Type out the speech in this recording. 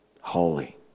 Holy